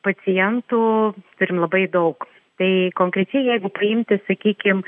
pacientų turim labai daug tai konkrečiai jeigu paimti sakykim